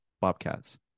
bobcats